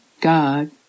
God